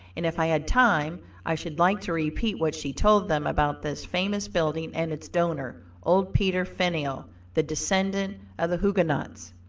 and if i had time i should like to repeat what she told them about this famous building and its donor, old peter faneuil, the descendant of the huguenots.